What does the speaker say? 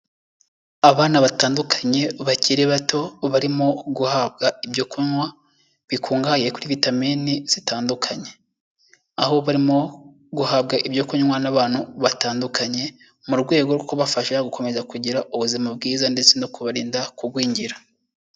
Abana batandukanye bakiri bato barimo guhabwa ibyo kunywa, bikungahaye kuri vitamine zitandukanye, aho barimo guhabwa ibyo kunywa n'abantu batandukanye mu rwego rwo kubafasha gukomeza kugira ubuzima bwiza ndetse no kubarinda kugwingira.